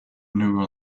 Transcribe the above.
knew